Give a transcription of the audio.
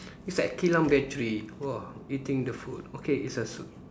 it's at Kilang Bateri !wah! eating the food okay it's a suit~